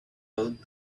out